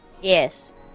Yes